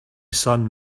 son